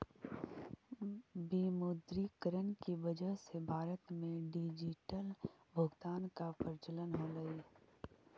विमुद्रीकरण की वजह से भारत में डिजिटल भुगतान का प्रचलन होलई